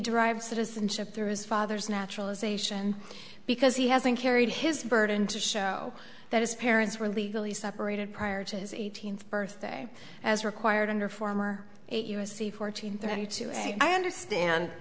derived citizenship through his father's naturalization because he hasn't carried his burden to show that his parents were legally separated prior to his eighteenth birthday as required under former u s c fourteen thirty two i understand